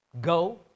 go